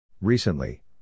Recently